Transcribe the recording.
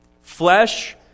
flesh